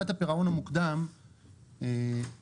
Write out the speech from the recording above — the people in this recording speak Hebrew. עמלת הפירעון המוקדם תוקנה,